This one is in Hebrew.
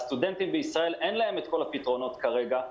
לסטודנטים בישראל אין את כל הפתרונות כרגע.